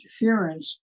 interference